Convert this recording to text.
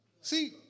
See